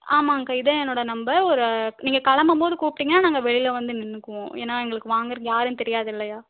ஆமாம்ங்க்கா இதான் என்னோட நம்பர் ஒரு நீங்கள் கிளம்பும் போது கூப்பிடிங்கன்னா நாங்கள் வெளியில் வந்து நின்னுக்குவோம் ஏன்னா எங்களுக்கு வாங்குறதுக்கு யாருன்னு தெரியாது இல்லையா